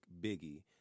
Biggie